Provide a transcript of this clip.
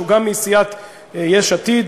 הוא גם מסיעת יש עתיד.